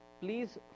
Please